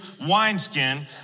wineskin